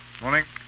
Morning